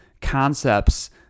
concepts